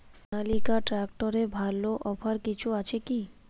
সনালিকা ট্রাক্টরে ভালো অফার কিছু আছে কি?